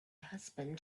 husband